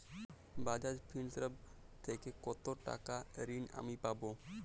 বাজাজ ফিন্সেরভ থেকে কতো টাকা ঋণ আমি পাবো?